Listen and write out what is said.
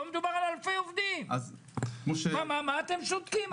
פה מדובר על אלפי עובדים, מה אתם שותקים.